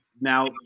now